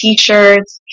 T-shirts